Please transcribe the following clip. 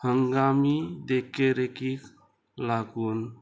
हंगामी देखेरेकीक लागून